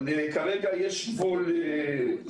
אבל כרגע יש גבול.